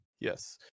yes